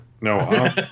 No